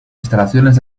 instalaciones